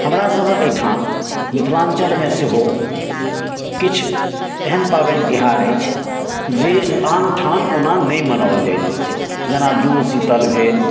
हमरासभक एहिठाम मिथिलाञ्चलमे सेहो किछु एहन पाबनि तिहार अछि जे आनठाम ओना नहि मनाओल जाइत अछि जेना जुड़शीतल भेल